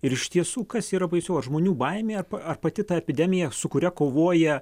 ir iš tiesų kas yra baisiau ar žmonių baimė ar ar pati ta epidemija su kuria kovoja